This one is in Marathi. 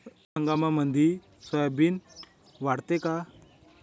रब्बी हंगामामंदी सोयाबीन वाढते काय?